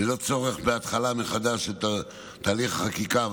ללא צורך בהתחלה מחדש של תהליך החקיקה,